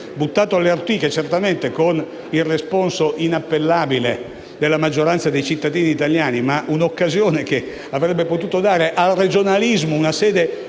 buttato alle ortiche - certamente con il responso inappellabile della maggioranza dei cittadini italiani - un'occasione che avrebbe potuto dare al regionalismo una sede